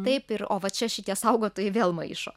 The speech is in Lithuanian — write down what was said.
taip ir o va čia šitie saugotojai vėl maišo